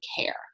care